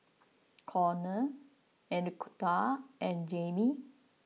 Conner Enriqueta and Jaimee